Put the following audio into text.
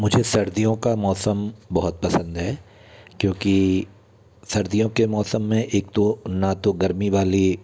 मुझे सर्दियों का मौसम बहुत पसंद है क्योंकि सर्दियों के मौसम में एक तो ना तो गर्मी वाली